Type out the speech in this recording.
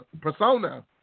persona